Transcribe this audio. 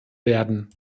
werden